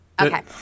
Okay